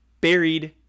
buried